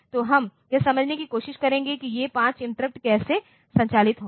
तो हम यह समझने की कोशिश करेंगे कि ये 5 इंटरप्ट कैसे संचालित होंगे